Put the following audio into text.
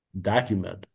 document